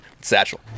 Satchel